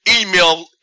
email